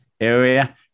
area